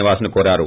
నివాస్ ను కోరారు